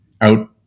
out